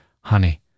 Honey